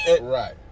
Right